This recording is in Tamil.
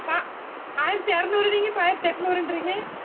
ஆ ஆயிரத்தி அறநூறுன்னிங்க இப்போ ஆயிரத்தி எண்நூறுன்றீங்க